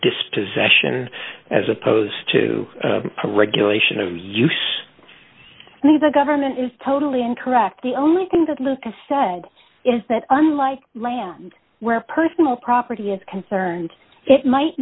dispossession as opposed to regulation of use misa government is totally incorrect the only thing that lucas said is that unlike land where personal property is concerned it might